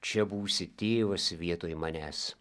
čia būsi tėvas vietoj manęs